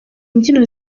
mbyino